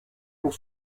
pour